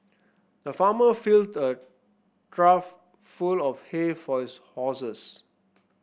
the farmer filled a trough full of hay for his horses